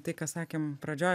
tai ką sakėm pradžioj